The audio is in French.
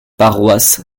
paroisse